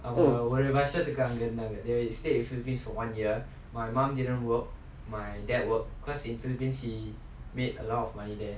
oh